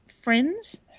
friends